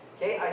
Okay